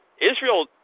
Israel